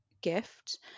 gift